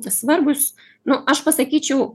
svarbūs nu aš pasakyčiau